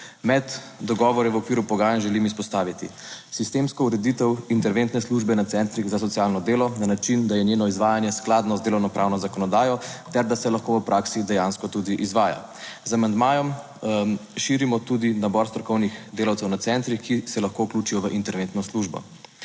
Med dogovori v okviru pogajanj želim izpostaviti sistemsko ureditev interventne službe na centrih za socialno delo na način, da je njeno izvajanje skladno z delovnopravno zakonodajo ter da se lahko v praksi dejansko tudi izvaja. **21. TRAK (VI) 10.40** (Nadaljevanje) Z amandmajem širimo tudi nabor strokovnih delavcev na centrih, ki se lahko vključijo v interventno službo.